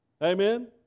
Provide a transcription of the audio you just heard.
Amen